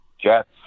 Jets